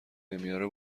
نمیاره